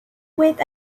with